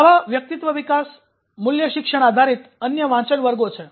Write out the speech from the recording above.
આવા વ્યક્તિત્વ વિકાસ મૂલ્ય શિક્ષણ આધરિત અન્ય વાંચન વર્ગો છે